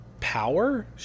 Power